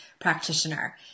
practitioner